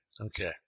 Okay